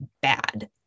bad